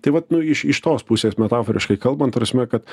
tai vat nu iš iš tos pusės metaforiškai kalbant ta prasme kad